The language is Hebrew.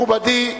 מכובדי,